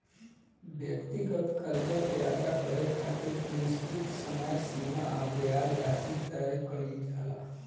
व्यक्तिगत कर्जा के अदा करे खातिर निश्चित समय सीमा आ ब्याज राशि तय कईल जाला